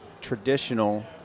traditional